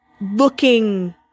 looking